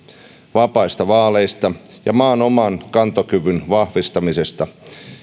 vapaista vaaleista ja maan oman kantokyvyn vahvistamisesta